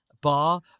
bar